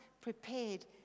prepared